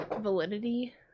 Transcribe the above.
validity